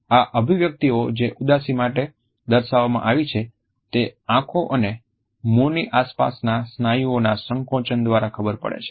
આ અભિવ્યક્તિઓ જે ઉદાસી માટે દર્શાવવામાં આવી છે તે આંખો અને મોંની આસપાસના સ્નાયુઓના સંકોચન દ્વારા ખબર પડે છે